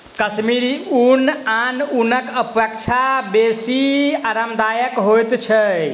कश्मीरी ऊन आन ऊनक अपेक्षा बेसी आरामदायक होइत छै